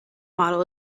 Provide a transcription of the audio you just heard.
model